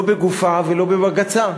לא בגופה ולא בבג"צה.